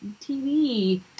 TV